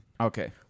Okay